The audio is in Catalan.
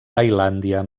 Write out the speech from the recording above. tailàndia